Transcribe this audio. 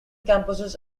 campuses